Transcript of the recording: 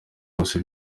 bose